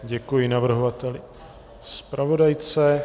Děkuji navrhovateli, zpravodajce.